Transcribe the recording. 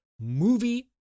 movie